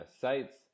sites